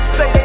Say